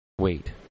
Wait